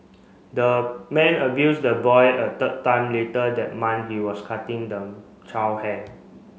the man abused the boy a third time later that month he was cutting the child hair